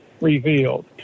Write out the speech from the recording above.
revealed